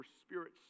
spirits